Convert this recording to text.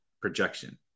projection